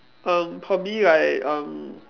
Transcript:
um probably like um